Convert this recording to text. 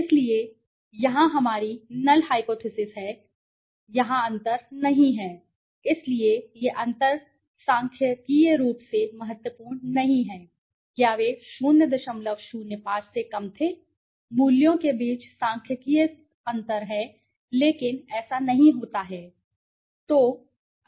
इसलिए यहां हमारी नल हाइपोथिसिस यह है कि यहां अंतर नहीं है इसलिए ये अंतर सांख्यिकीय रूप से महत्वपूर्ण नहीं हैं क्या वे 005 से कम थे मूल्यों के बीच सांख्यिकीय अंतर है लेकिन ऐसा नहीं होता है यहां ऐसा नहीं हो रहा है